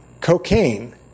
Cocaine